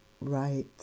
right